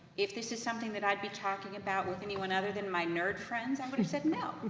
if this is something, that i'd be talking about with anyone other than my nerd friends, i would have said no.